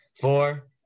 four